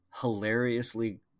hilariously